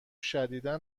شدیدا